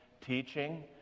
teaching